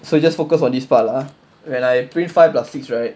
so you just focus on this part lah ah when I print five plus six right